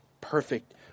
perfect